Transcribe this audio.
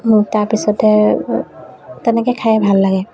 তাৰপিছতে তেনেকে খাই ভাল লাগে